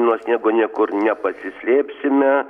nuo sniego niekur nepasislėpsime